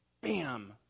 bam